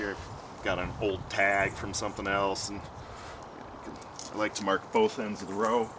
here got a hold tag from something else and like to mark both ends of the ro